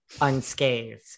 unscathed